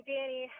Danny